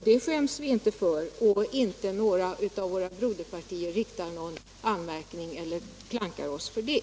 Det skäms vi inte för. Och inte något av våra broderpartier kommer med anmärkningar eller klankar på oss för det.